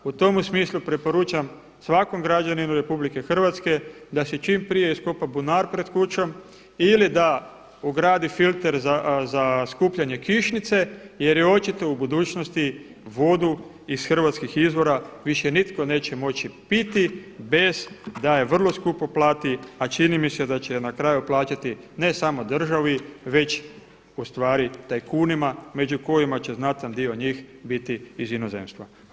U tom smislu preporučam svakom građaninu Republike Hrvatske da si čim prije iskopa bunar pred kućom ili da ugradi filter za skupljanje kišnice jer je očito u budućnosti vodu iz hrvatskih izvora više nitko neće moći piti bez da je vrlo skupo plati, a čini mi se da će je na kraju plaćati ne samo državi već u stvari tajkunima među kojima će znatan dio njih biti iz inozemstva.